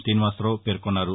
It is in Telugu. శీనివాసరావు పేర్కొన్నారు